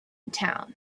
town